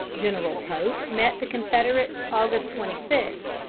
general pope met the confederates august twenty six,